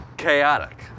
Chaotic